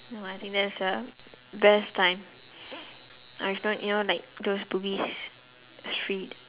no I think that's the best time or if not you know like those bugis street